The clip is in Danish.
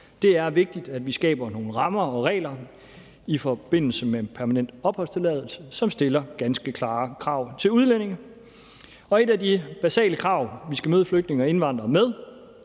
Det er vigtigt, at vi skaber nogle rammer og regler i forbindelse med en permanent opholdstilladelse, som stiller ganske klare krav til udlændinge. Et af de basale krav, vi skal møde flygtninge og indvandrere med,